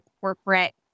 corporate